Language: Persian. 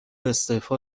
استعفا